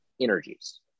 energies